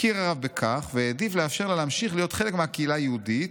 הכיר הרב בכך והעדיף לאפשר לה להמשיך להיות חלק מהקהילה היהודית,